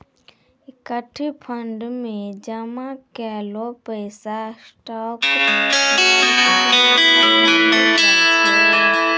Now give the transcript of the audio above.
equity fund मे जामा कैलो पैसा स्टॉक मार्केट मे लगैलो जाय छै